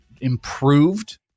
Improved